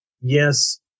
Yes